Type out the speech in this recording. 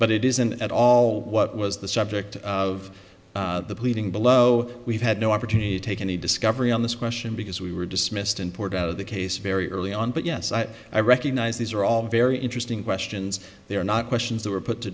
but it isn't at all what was the subject of the pleading below we've had no opportunity to take any discovery on this question because we were dismissed and poured out of the case very early on but yes i recognize these are all very interesting questions they are not questions that were put to